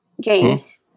James